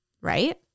right